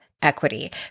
equity